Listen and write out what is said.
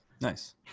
Nice